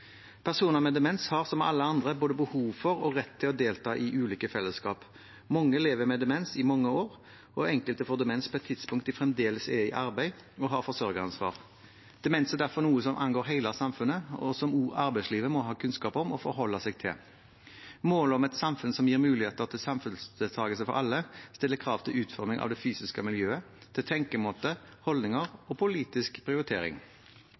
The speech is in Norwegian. Personer med demens har, som alle andre, både behov for og rett til å delta i ulike fellesskap. Mange lever med demens i mange år, og enkelte får demens på et tidspunkt da de fremdeles er i arbeid og har forsørgeransvar. Demens er derfor noe som angår hele samfunnet, og som også arbeidslivet må ha kunnskap om og forholde seg til. Målet om et samfunn som gir muligheter til samfunnsdeltakelse for alle, stiller krav til utforming av det fysiske miljøet, til tenkemåte, holdninger og politisk prioritering.